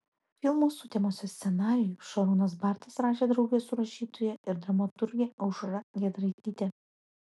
filmo sutemose scenarijų šarūnas bartas rašė drauge su rašytoja ir dramaturge aušra giedraityte